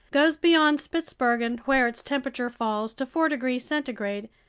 goes beyond spitzbergen, where its temperature falls to four degrees centigrade,